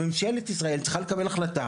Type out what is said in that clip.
ממשלת ישראל צריכה לקבל החלטה